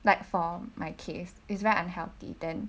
like for my case it's very unhealthy then